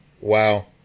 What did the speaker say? Wow